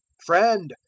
friend,